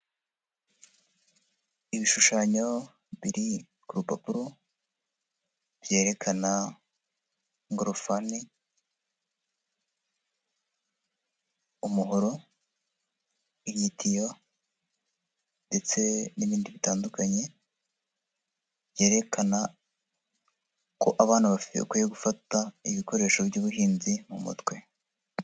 Ibishushanyo biri kurupapuro byerekana ingorofani, umuhoro, igitiyo ndetse n'ibindi bitandukanye byerekana ko abana bakwiye gufata ibikoresho by'ubuhinzi m'umutwe.